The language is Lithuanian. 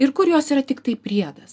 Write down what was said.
ir kur jos yra tiktai priedas